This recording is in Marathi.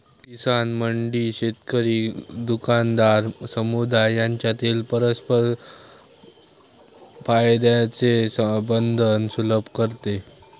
किसान मंडी शेतकरी, दुकानदार, समुदाय यांच्यातील परस्पर फायद्याचे बंधन सुलभ करते